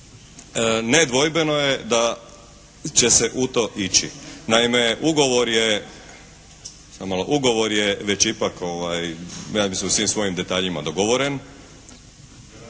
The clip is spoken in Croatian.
nedvojbeno je da će se u to ići. Naime ugovor je, samo malo, ugovor je već ipak ja mislim u svim svojim detaljima dogovoren.